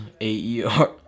A-E-R